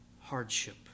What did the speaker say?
hardship